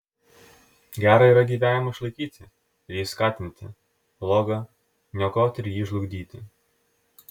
gera yra gyvenimą išlaikyti ir jį skatinti bloga niokoti ir jį žlugdyti